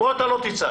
פה אתה לא תצעק.